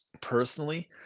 personally